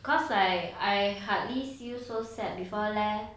cause I I hardly see you so sad before leh